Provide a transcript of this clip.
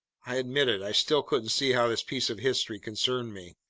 i admit it i still couldn't see how this piece of history concerned me.